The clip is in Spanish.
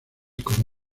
como